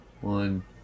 One